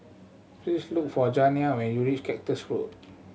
please look for Janiah when you reach Cactus Road